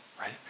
right